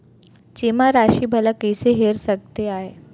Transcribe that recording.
जेमा राशि भला कइसे हेर सकते आय?